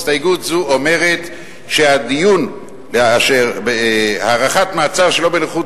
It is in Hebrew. הסתייגות זאת אומרת שהדיון בהארכת מעצר שלא בנוכחות